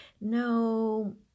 no